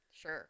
Sure